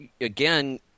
again